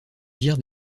virent